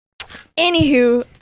Anywho